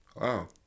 wow